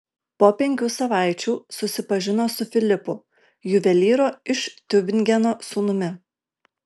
po penkių savaičių susipažino su filipu juvelyro iš tiubingeno sūnumi